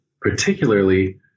particularly